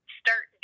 start